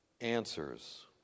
answers